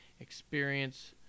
experience